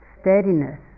steadiness